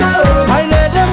no no